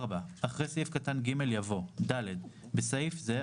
(4)אחרי סעיף קטן (ג) יבוא: "(ד)בסעיף זה,